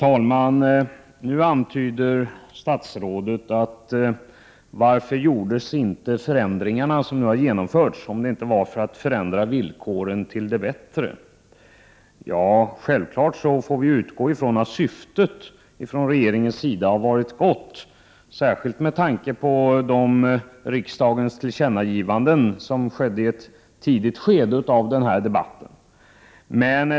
Herr talman! Varför genomfördes förändringarna om det inte var för att förändra villkoren till det bättre? frågar statsrådet. Ja, självfallet får vi utgå från att syftet från regeringens sida har varit gott, särskilt med tanke på de riksdagens tillkännagivanden som gjordes i ett tidigt skede av debatten.